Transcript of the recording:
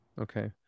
okay